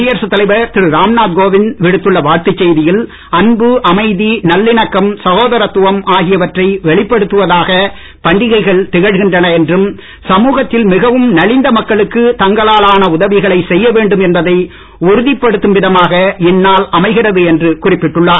குடியரசு தலைவர் திரு ராம்நாத் கோவிந்த் விடுத்துள்ள வாழ்த்து செய்தியில் அன்பு அமைதி நல்லிணக்கம் சகோதரத்துவம் ஆகியவற்றை வெளிப்படுத்துவதாக பண்டிகைகள் திகழ்கின்றன என்றும் சமூகத்தில் மிகவும் நலிந்த மக்களுக்கு தங்களால் ஆன உதவிகளை செய்ய வேண்டும் என்பதை உறுதிபடுத்தும் விதமாக இந்நாள் அமைகிறது என்று குறிப்பிட்டுள்ளார்